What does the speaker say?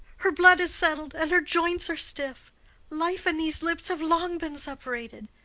her blood is settled, and her joints are stiff life and these lips have long been separated.